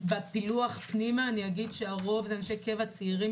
בפילוח פנימה אני אגיד שהרוב זה אנשי קבע צעירים